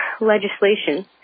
legislation